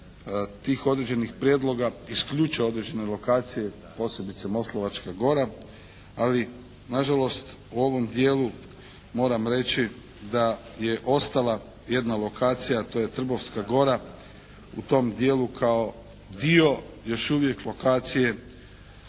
tih određenih prijedloga isključe određene lokacije a posebice Moslavačka gora ali nažalost u ovom dijelu moram reći da je ostala jedna lokacija a to je Trbovska gora. U tom dijelu kao dio još uvijek lokacije